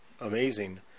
amazing